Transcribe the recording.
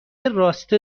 راسته